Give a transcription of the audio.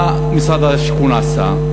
מה משרד השיכון עשה?